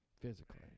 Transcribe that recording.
physically